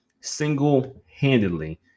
single-handedly